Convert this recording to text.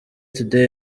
today